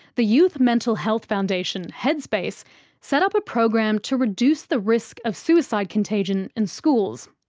the youth mental health foundation headspace set up a program to reduce the risk of suicide contagion in schools.